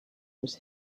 was